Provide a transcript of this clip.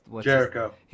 Jericho